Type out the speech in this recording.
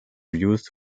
used